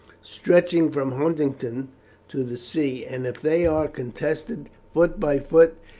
stretching from huntingdon to the sea and if they are contested foot by foot,